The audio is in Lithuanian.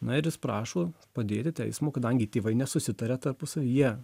na ir jis prašo padėti teismo kadangi tėvai nesusitaria tarpusavy jie